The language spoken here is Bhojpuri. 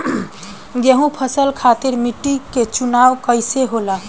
गेंहू फसल खातिर मिट्टी के चुनाव कईसे होला?